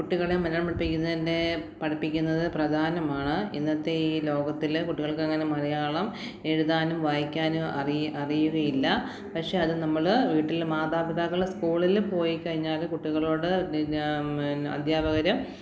കുട്ടികളെ മലയാളം പഠിപ്പിക്കുന്നതിൻ്റെ പഠിപ്പിക്കുന്നത് പ്രധാനമാണ് ഇന്നത്തെ ഈ ലോകത്തില് കുട്ടികൾക്കങ്ങനെ മലയാളം എഴുതാനും വായിക്കാനും അറിയുകയില്ല പക്ഷേ അത് നമ്മള് വീട്ടില് മാതാപിതാക്കള് സ്കൂളില് പോയി കഴിഞ്ഞാല് കുട്ടികളോട് പിന്നെ അദ്ധ്യാപകര്